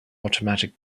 automated